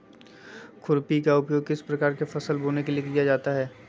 खुरपी का उपयोग किस प्रकार के फसल बोने में किया जाता है?